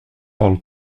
parle